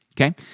Okay